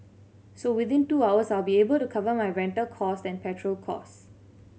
so within two hours I'll be able to cover my rental cost than petrol cost